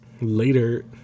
later